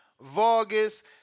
Vargas